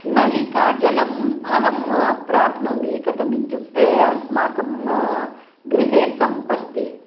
नलिकाजलम् अहं प्राप्नोमि कथमित्युक्ते अस्माकं गृहे सम्प् अस्ति